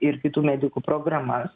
ir kitų medikų programas